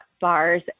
bar's